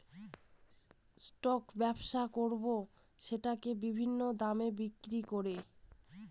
stock ব্যবসা করাবো সেটাকে বিভিন্ন দামে বিক্রি করে